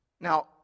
Now